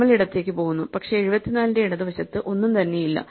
നമ്മൾ ഇടത്തേക്ക് പോകുന്നു പക്ഷേ 74 ന്റെ ഇടതുവശത്ത് ഒന്നും തന്നെയില്ല